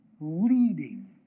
leading